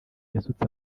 yasutse